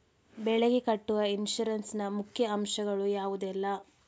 ಬೆಳೆಗೆ ಕಟ್ಟುವ ಇನ್ಸೂರೆನ್ಸ್ ನ ಮುಖ್ಯ ಅಂಶ ಗಳು ಯಾವುದೆಲ್ಲ?